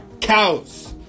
cows